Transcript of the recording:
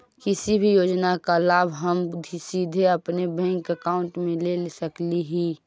किसी भी योजना का लाभ हम सीधे अपने बैंक अकाउंट में ले सकली ही?